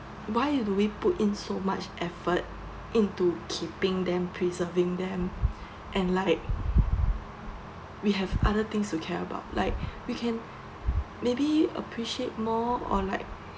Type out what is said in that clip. why do we put in so much effort in to keeping them preserving them and like we have other things to care about like we can maybe appreciate more or like